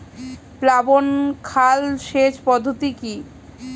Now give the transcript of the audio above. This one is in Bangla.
প্লাবন খাল সেচ পদ্ধতি কি?